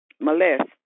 molested